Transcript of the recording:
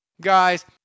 guys